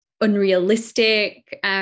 unrealistic